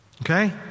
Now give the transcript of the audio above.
Okay